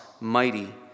mighty